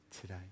today